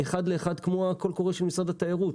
אחד לאחד כמו הקול קורא של משרד התיירות,